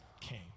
came